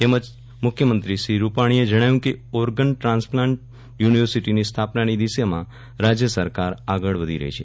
તેમજ મુખ્યમંત્રી શ્રી રૂપાણીએ જણાવ્યું હતું કે ઓર્ગન ટ્રાન્સપ્લાન્ટ યુનિવર્સિટીની સ્થાપનાની દિશામાં રાજયસરકાર આગળ વધી રહી છે